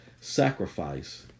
sacrifice